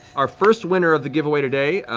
our first winner of the giveaway today,